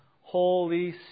Holy